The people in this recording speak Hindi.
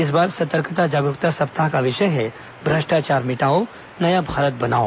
इस बार सतर्कता जागरूकता सप्ताह का विषय है भ्रष्टाचार मिटाओ नया भारत बनाओ